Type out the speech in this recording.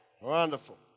Wonderful